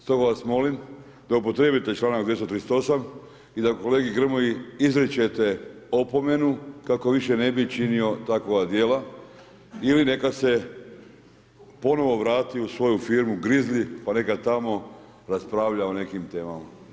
Stoga vas molim da upotrijebite članak 238. i da kolegi Grmoji izričete opomenu kako više ne bi činio takova djela ili neka se ponovo vrati u svoju firmu Grizli pa neka tamo raspravlja o nekim temama.